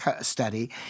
study